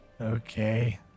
Okay